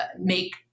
make